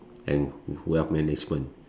and wealth management